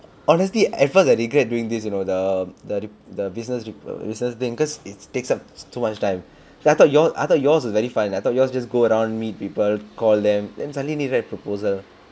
honestly at first I regret doing this you know the the the business business thing cause it's takes up so much time I thought you all I thought yours is very fun and I thought you all just go around meet people call them then suddenly need read proposal